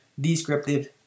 descriptive